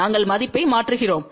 நாங்கள் மதிப்பை மாற்றுகிறோம்